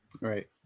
Right